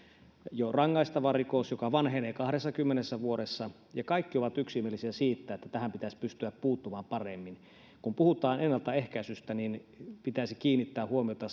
rangaistava rikos joka vanhenee kahdessakymmenessä vuodessa ja kaikki ovat yksimielisiä siitä että tähän pitäisi pystyä puuttumaan paremmin kun puhutaan ennaltaehkäisystä niin pitäisi kiinnittää huomiota